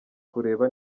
kureba